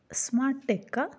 smart tech का